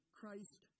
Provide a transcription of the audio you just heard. Christ